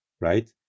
right